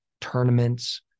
tournaments